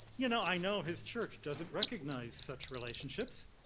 you know i know his church doesn't recognize such relationships,